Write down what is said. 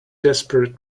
desperate